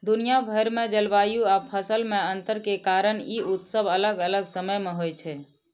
दुनिया भरि मे जलवायु आ फसल मे अंतर के कारण ई उत्सव अलग अलग समय मे होइ छै